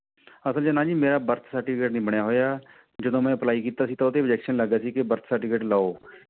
ਅਸਲ 'ਚ ਨਾ ਜੀ ਮੇਰਾ ਬਰਥ ਸਰਟੀਫਿਕੇਟ ਨਹੀਂ ਬਣਿਆ ਹੋਇਆ ਜਦੋਂ ਮੈਂ ਐਪਲਾਈ ਕੀਤਾ ਸੀ ਤਾਂ ਉਹਦੇ ਉਬਜੈਕਸ਼ਨ ਲੱਗ ਗਿਆ ਸੀ ਕਿ ਬਰਥ ਸਰਟੀਫਿਕੇਟ ਲਗਾਉ